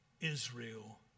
Israel